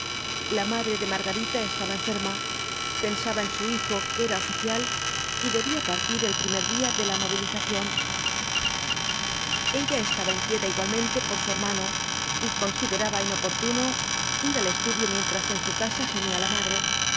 la madre de margarita estaba enferma pensaba en su hijo que era oficial y debía partir el primer día de la movilización ella estaba inquieta igualmente por su hermano y consideraba inoportuno ir al estudio mientras en su casa gemía la madre